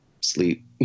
sleep